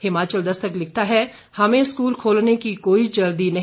हिमाचल दस्तक लिखता है हमें स्कूल खोलने की कोई जल्दी नहीं